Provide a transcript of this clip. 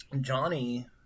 Johnny